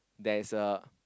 there's a